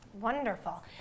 Wonderful